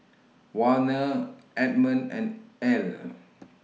Warner Edmond and Ell